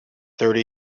thirty